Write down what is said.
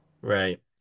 Right